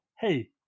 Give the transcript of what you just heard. hey